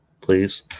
please